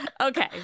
Okay